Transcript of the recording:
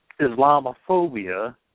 Islamophobia